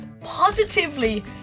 positively